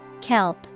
Kelp